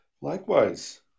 Likewise